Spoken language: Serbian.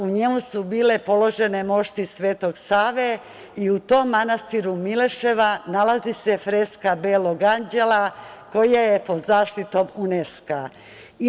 U njemu su bile položene mošti Svetog Save i u tom manastiru Mileševa nalazi se freska "Belog anđela", koja je pod zaštitom UNESKO-a.